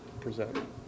present